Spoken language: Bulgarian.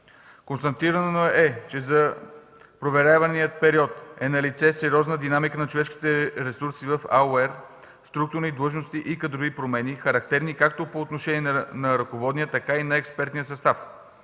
Констатирано е, че за проверявания период е налице сериозна динамика на човешките ресурси в агенцията – структурни, длъжностни и кадрови промени, характерни както по отношение на ръководния, така и на експертния състав.